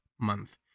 month